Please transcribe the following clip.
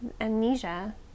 amnesia